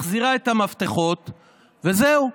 מחזירה את המפתחות וזהו.